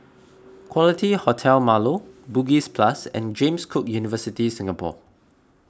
Quality Hotel Marlow Bugis Plus and James Cook University Singapore